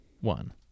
one